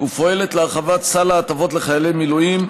ופועלת להרחבת סל ההטבות לחיילי מילואים,